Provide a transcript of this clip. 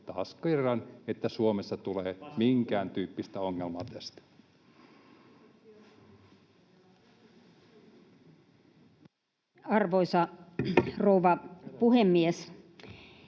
taas kerran, että Suomessa tulee minkääntyyppistä ongelmaa tästä. [Speech 152] Speaker: